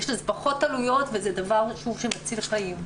יש לזה פחות עלויות וזה דבר שמציל חיים.